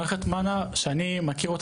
מערכת מנ"ע שאני מכיר,